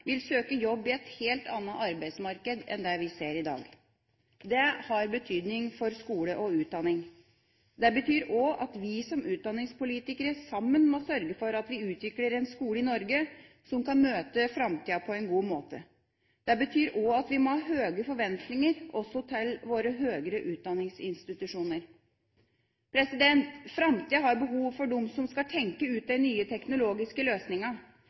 vil søke jobb i et helt annet arbeidsmarked enn det vi ser i dag. Det har betydning for skole og utdanning. Det betyr også at vi som utdanningspolitikere sammen må sørge for at vi utvikler en skole i Norge som kan møte framtida på en god måte. Det betyr også at vi må ha høge forventninger – også til våre høgere utdanningsinstitusjoner. Framtida har behov for dem som skal tenke ut de nye teknologiske